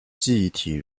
记忆体